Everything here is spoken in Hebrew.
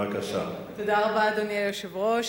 אדוני היושב-ראש,